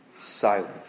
silent